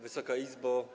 Wysoka Izbo!